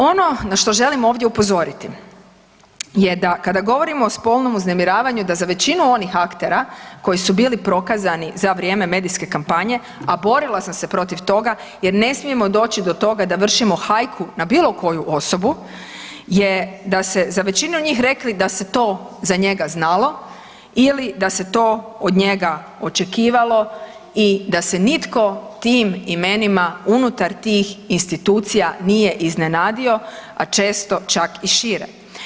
Ono na što želim ovdje upozoriti je da kada govorimo o spolnom uznemiravanju da za većinu onih aktera koji su bili prokazani za vrijeme medijske kampanje, a borila sam se protiv toga jer ne smijemo doći do toga da vršimo hajku na bilo koju osobu je da ste za većinu njih rekli da se to za njega znalo ili da se to od njega očekivalo i da se nitko tim imenima unutar tih institucija nije iznenadio, a često čak i šire.